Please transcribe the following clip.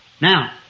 Now